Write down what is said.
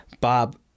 Bob